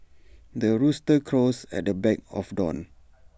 the rooster crows at the back of dawn